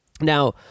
Now